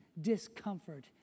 discomfort